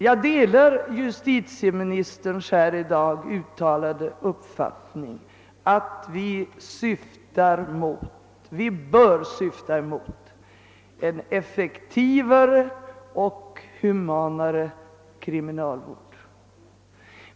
Jag delar justitieministerns här uttalade uppfattning att vi bör syfta mot en effektivare och humanare kriminalvård.